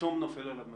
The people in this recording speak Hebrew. פתאום נופל עליו משבר.